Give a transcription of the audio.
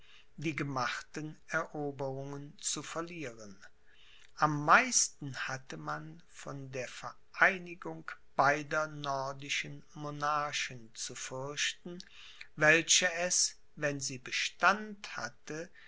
die gemachten eroberungen zu verlieren am meisten hatte man von der vereinigung beider nordischen monarchen zu fürchten welche es wenn sie bestand hatte